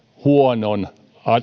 huonon